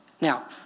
Now